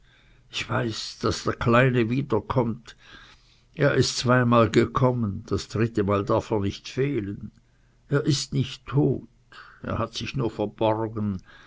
ich weiß daß der kleine wieder kommt er ist zweimal gekommen das dritte mal darf er nicht fehlen er ist nicht tot er hat sich nur verborgen